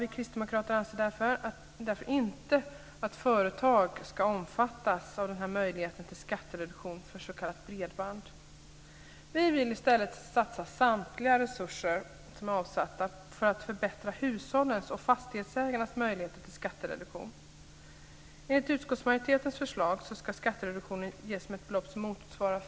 Vi kristdemokrater anser därför inte att företag ska omfattas av den här möjligheten till skattereduktion för s.k. bredband. Vi vill i stället satsa samtliga resurser som är avsatta på att förbättra hushållens och fastighetsägarnas möjligheter till skattereduktion. 5 000 kr.